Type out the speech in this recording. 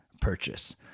purchase